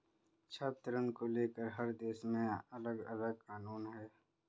छात्र ऋण को लेकर हर देश में अलगअलग कानून है